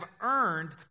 earned